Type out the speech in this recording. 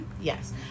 Yes